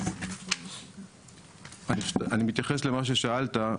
אני מתייחס למה ששאלת,